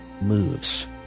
moves